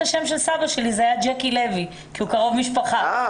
השם של סבא שלי הוא ז'קי לוי שהוא קרוב משפחה שלי.